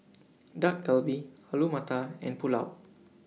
Dak Galbi Alu Matar and Pulao